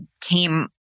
came